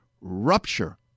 rupture